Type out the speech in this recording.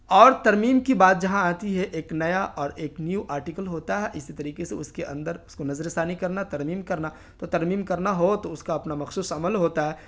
اور ترمیم کی بات جہاں آتی ہے ایک نیا اور ایک نیو آرٹیکل ہوتا ہے اسی طریقے سے اس کے اندر اس کو نظر ثانی کرنا ترمیم کرنا تو ترمیم کرنا ہو تو اس کا اپنا مخصوص عمل ہوتا ہے